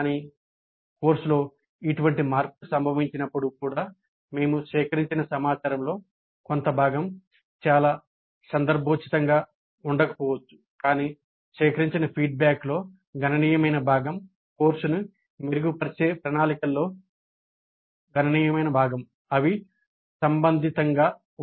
కానీ కోర్సులో ఇటువంటి మార్పులు సంభవించినప్పుడు కూడా మేము సేకరించిన సమాచారంలో కొంత భాగం చాలా సందర్భోచితంగా ఉండకపోవచ్చు కానీ సేకరించిన ఫీడ్బ్యాక్లో గణనీయమైన భాగం కోర్సును మెరుగుపరిచే ప్రణాళికల్లో గణనీయమైన భాగం అవి సంబంధితంగా ఉంటాయి